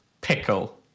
Pickle